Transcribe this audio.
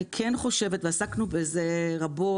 עסקנו רבות,